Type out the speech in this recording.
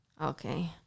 Okay